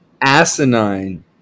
asinine